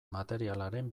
materialaren